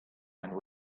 and